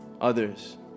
Others